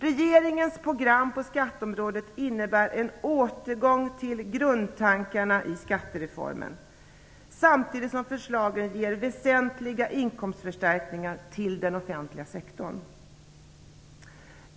Regeringens program på skatteområdet innebär en återgång till grundtankarna i skattereformen samtidigt som förslagen ger väsentliga inkomstförstärkningar till den offentliga sektorn.